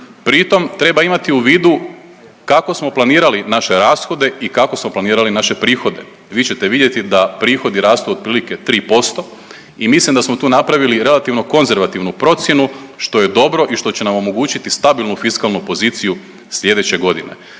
Pri tom treba imati u vidu kako smo planirali naše rashode i kako smo planirali naše prihode. Vi ćete vidjeti da prihodi rastu otprilike 3% i mislim da smo tu napraviti relativno konzervativnu procjenu što je dobro i što će nam omogućiti stabilnu fiskalnu poziciju sljedeće godine.